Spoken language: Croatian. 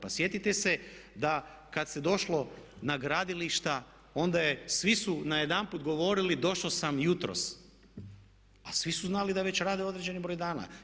Pa sjetite se da kad se došlo na gradilišta onda je, svi su najedanput govorili došao sam jutros, a svi su znali da već rade određeni broj dana.